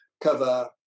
cover